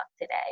today